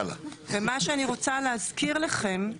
ומה שאני רוצה להזכיר לכם,